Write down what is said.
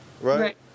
Right